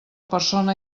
persona